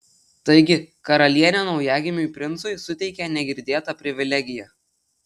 taigi karalienė naujagimiui princui suteikė negirdėtą privilegiją